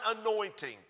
anointing